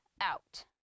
out